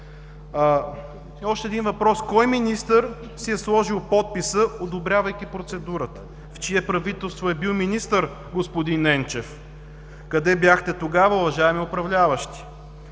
Още един въпрос. Кой министър си е сложил подписа, одобрявайки процедурата? В чие правителство е бил министър господин Ненчев? Къде бяхте тогава, уважаеми управляващи?